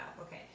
Okay